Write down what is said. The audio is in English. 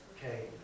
Okay